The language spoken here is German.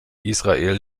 israel